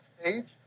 stage